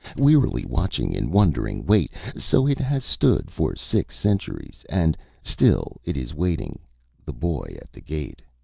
wearily watching in wondering wait so it has stood for six centuries, and still it is waiting the boy at the gate.